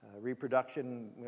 reproduction